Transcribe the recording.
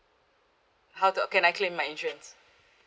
how to can I claim my insurance